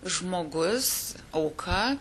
žmogus auka